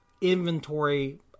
inventory